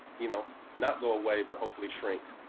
you know not go away, but hopefully shrink.